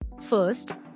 First